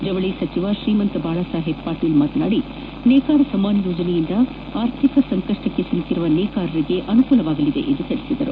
ಜವಳಿ ಸಚಿವ ಶ್ರೀಮಂತ ಬಾಳಾಸಾಹೇಬ್ ಪಾಟೀಲ್ ಮಾತನಾದಿ ನೇಕಾರ ಸಮ್ಮಾನ್ ಯೋಜನೆಯಿಂದ ಆರ್ಥಿಕ ಸಂಕಷ್ಟಕ್ಕೆ ಸಿಲುಕಿರುವ ನೇಕಾರರಿಗೆ ಅನುಕೂಲವಾಗಲಿದೆ ಎಂದು ತಿಳಿಸಿದರು